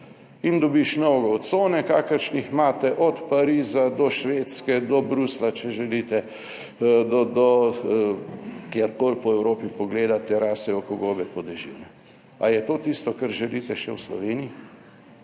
in dobiš nove cone kakršnih imate, od Pariza do Švedske, do Bruslja, če želite, do kjerkoli po Evropi pogledati, te rase oko, gobe po dežju. Ali je to tisto, kar želite, še v Sloveniji?